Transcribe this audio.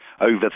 over